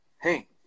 hey